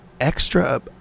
Extra